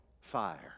fire